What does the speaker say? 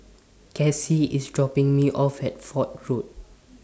Cassie IS dropping Me off At Fort Road